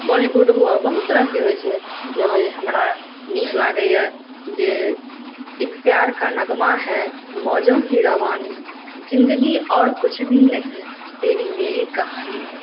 बॉलीवुड हुए बहुत तरहके होइ छै जे हमरा नीक लागैए जे एक प्यार नगमा है मौजो की रवानी है जिन्दगी और कुछ भी नहीं तेरी मेरी कहानी है